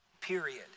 period